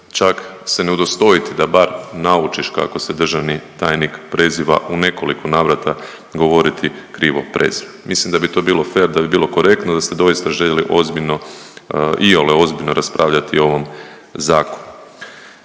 čak se ne udostojiti da bar naučiš kako se državni tajnik preziva, u nekoliko navrata govoriti krivo prezime. Mislim da bi to bilo fer, da bi bilo korektno da ste doista željeli ozbiljno, iole ozbiljno raspravljati o ovom zakonu.